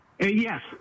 Yes